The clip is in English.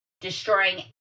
destroying